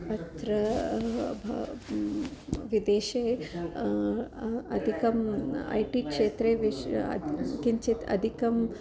अत्र ह भ विदेशे अधिकम् ऐ टि क्षेत्रे विश् अद् किञ्चित् अधिकं